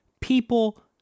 people